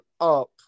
up